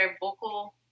vocal